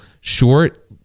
short